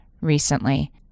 recently